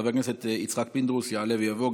חבר הכנסת יצחק פינדרוס יעלה ויבוא.